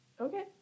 Okay